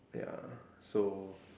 ya so